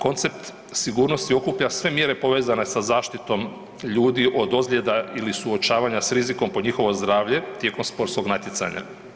Koncept sigurnosti okuplja sve mjere povezane sa zaštitom ljudi od ozljeda ili suočavanja s rizikom po njihovo zdravlje tijekom sportskog natjecanja.